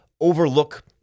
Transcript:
overlook